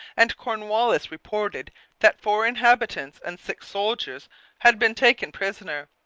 and cornwallis reported that four inhabitants and six soldiers had been taken prisoners.